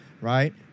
right